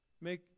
Make